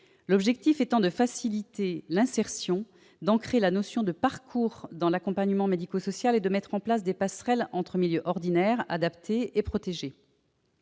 l'objectif étant de faciliter l'insertion, d'ancrer la notion de parcours dans l'accompagnement médico-social et de mettre en place des passerelles entre milieux ordinaire, adapté et protégé.